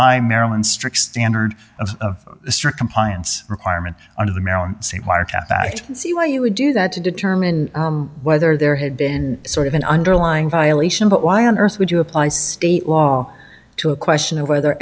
apply maryland strict standard of strict compliance requirement under the maryland state wiretap act see why you would do that to determine whether there had been sort of an underlying violation but why on earth would you apply state law to a question of whether